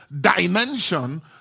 dimension